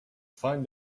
find